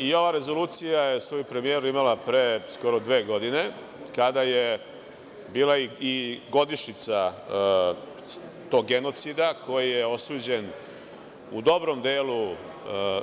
I ova rezolucija je svoju premijeru imala pre skoro dve godine kada je bila i godišnjica tog genocida koji je osuđen u dobrom delu